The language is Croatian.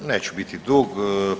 Neću biti dug.